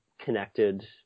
connected